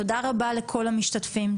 תודה רבה לכל המשתתפים,